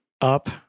up